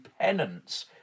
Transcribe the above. penance